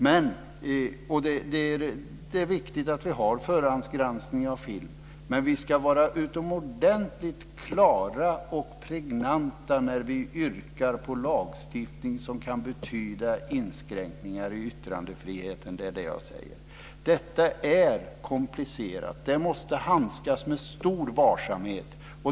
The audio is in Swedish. Det är viktigt att vi har förhandsgranskning av film, men vi ska vara utomordentligt klara och pregnanta när vi yrkar på en lagstiftning som kan betyda inskränkningar i yttrandefriheten. Det är det jag säger. Detta är komplicerat och måste behandlas med stor varsamhet.